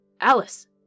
Alice